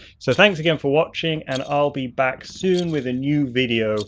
so thanks again for watching, and i'll be back soon with a new video.